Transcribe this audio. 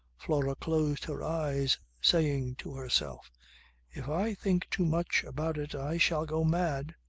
flora closed her eyes saying to herself if i think too much about it i shall go mad.